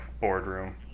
boardroom